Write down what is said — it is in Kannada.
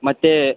ಮತ್ತು